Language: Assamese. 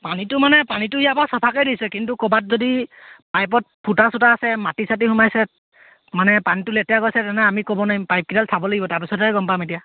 পানীটো মানে পানীটো ইয়াৰ পৰা চাফাকৈ দিছে কিন্তু ক'ৰবাত যদি পাইপত ফুটা চুটা আছে মাটি চাটি সোমাইছে মানে পানীটো লেতেৰা গৈছে তেনে আমি ক'ব নোৱাৰিম পাইপকেইডাল চাব লাগিব তাৰপিছতেহ গম পাম এতিয়া